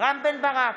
רם בן ברק,